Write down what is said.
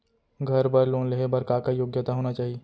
घर बर लोन लेहे बर का का योग्यता होना चाही?